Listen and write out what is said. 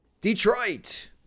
Detroit